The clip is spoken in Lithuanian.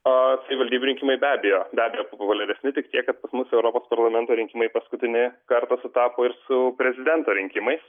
tai savivaldybių rinkimai be abejo be abejo populiaresni tik tiek kad pas mus europos parlamento rinkimai paskutinį kartą sutapo ir su prezidento rinkimais